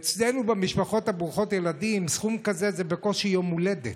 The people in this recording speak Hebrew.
אצלנו במשפחות ברוכות הילדים מספר כזה זה בקושי יום הולדת.